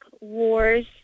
Wars